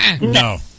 no